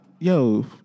Yo